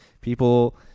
people